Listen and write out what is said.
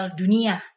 dunia